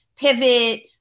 pivot